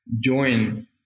join